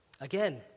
Again